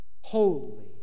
Holy